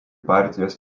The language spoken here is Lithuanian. partijos